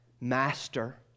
Master